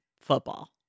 football